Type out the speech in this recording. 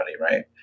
right